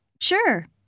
Sure